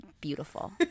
beautiful